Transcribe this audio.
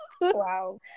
Wow